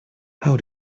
how